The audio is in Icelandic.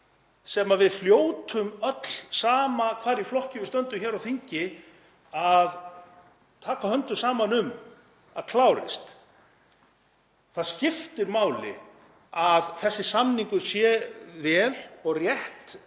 sem við hljótum öll, sama hvar í flokki við stöndum hér á þingi, að taka höndum saman um að klárist. Það skiptir máli að þessi samningur sé vel og rétt